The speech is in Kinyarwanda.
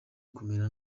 kumera